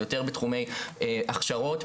זה יותר בתחומי הכשרות,